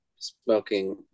smoking